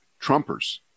Trumpers